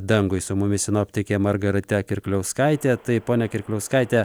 dangui su mumis sinoptikė margarita kirkliauskaitė tai ponia kirkliauskaite